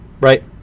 Right